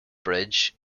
bridge